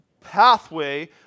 pathway